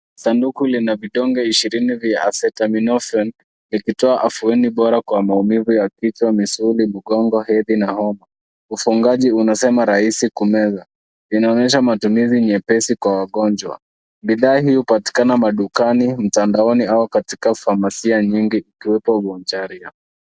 Sanduku lina vidonge ishirini vya Acetaminophen ikitoa afueni bora kwa maumivu ya kichwa, misuli, mgongo, hedhi na homa. Ufungaji unasema rais kumeza. Inaonyesha matumizi nyepesi kwa wagonjwa bilahi hupatikana madukani mtandaoni au katika famasia nyingi ikiwepo uonjalia.